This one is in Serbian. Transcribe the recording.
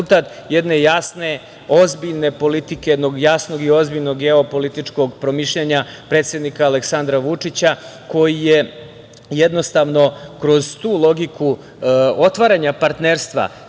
jedne jasne, ozbiljne politike, jednog jasnog i ozbiljnog geopolitičkog promišljanja predsednika Aleksandra Vučića, koji je jednostavno kroz tu logiku otvaranja partnerstva